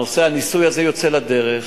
הניסוי הזה יוצא לדרך.